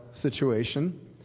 situation